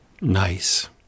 nice